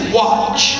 watch